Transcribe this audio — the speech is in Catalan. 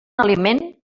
aliment